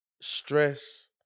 stress